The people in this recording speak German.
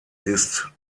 ist